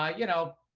ah you know,